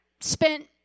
spent